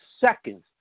seconds